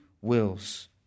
wills